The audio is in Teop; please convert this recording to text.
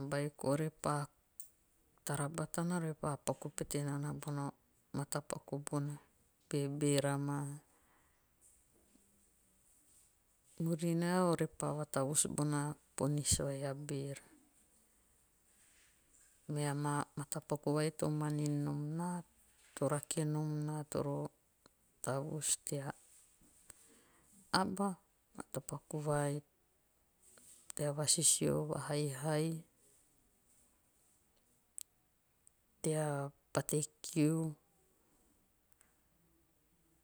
O beiko repa tara batana repa paku pete nana bona matapaku bona be beera maa. Murinae ore pa vatavus bona maa ponis vai a beera. Mee maa matapaku vai to manin nom naa. to rake nom naa toro tavus tea aba. matapaku vai tea vasisio. va haihai. tea pate kiu.